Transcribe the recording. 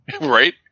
Right